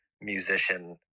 musician